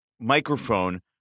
microphone